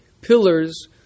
pillars